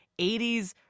80s